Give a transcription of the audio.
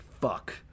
fuck